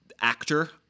actor